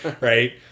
right